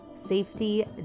safety